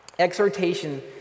Exhortation